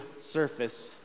surfaced